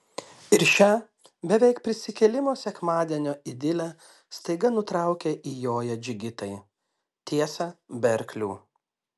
ir šią beveik prisikėlimo sekmadienio idilę staiga nutraukia įjoję džigitai tiesa be arklių